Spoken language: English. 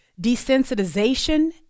desensitization